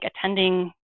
attending